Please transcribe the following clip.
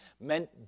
meant